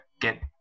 get